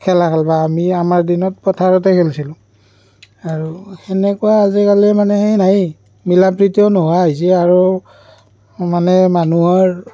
খেলা হ'ল বা আমি আমাৰ দিনত পথাৰতে খেলিছিলোঁ আৰু সেনেকুৱা আজিকালি মানে নায়েই মিলা প্ৰীতিও নোহোৱা হৈছে আৰু মানে মানুহৰ